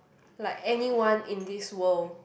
like anyone in this world